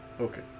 Okay